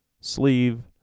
sleeve